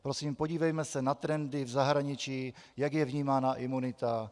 Prosím podívejme se na trendy v zahraničí, jak je vnímána imunita.